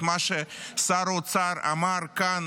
את מה ששר האוצר אמר כאן